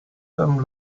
them